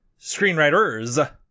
screenwriters